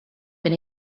been